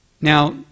Now